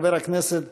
חבר הכנסת